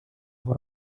его